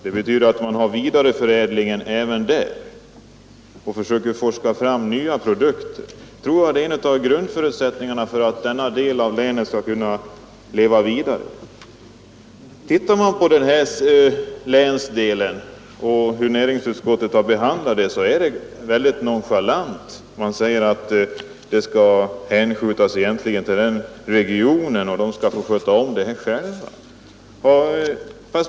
Det måste bli en vidareförädling, man måste forska fram nya produkter. Det är en av förutsättningarna för att denna del av länet skall kunna leva vidare. Näringsutskottet har behandlat denna fråga väldigt nonchalant. Man säger egentligen att regionen själv skall sköta detta.